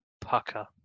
pucker